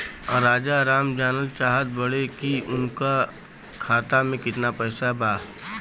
राजाराम जानल चाहत बड़े की उनका खाता में कितना पैसा बा?